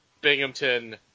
Binghamton